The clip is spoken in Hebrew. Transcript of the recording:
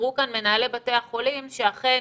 אמרו כאן מנהלי בתי החולים שאכן